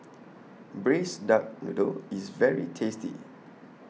Braised Duck Noodle IS very tasty